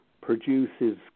produces